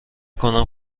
کنم